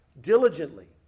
diligently